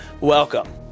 welcome